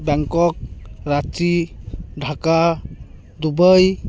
Bangkok ᱨᱟᱪᱤ ᱰᱷᱟᱠᱟ Dubai